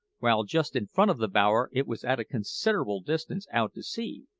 while just in front of the bower it was at a considerable distance out to sea.